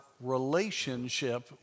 relationship